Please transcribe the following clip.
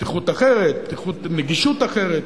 פתיחות אחרת, נגישות אחרת.